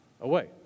away